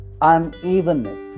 unevenness